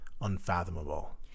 unfathomable